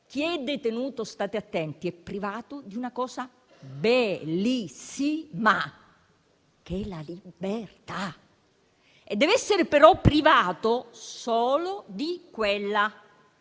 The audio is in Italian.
chi è detenuto - state attenti - è privato di una cosa bellissima che è la libertà; però deve essere privato solo di quella.